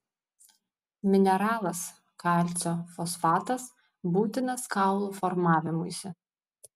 mineralas kalcio fosfatas būtinas kaulų formavimuisi